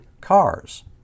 cars